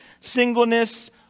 singleness